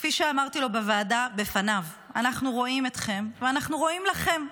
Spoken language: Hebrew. כפי שאמרתי לו בוועדה בפניו: אנחנו רואים אתכם ואנחנו רואים לכם.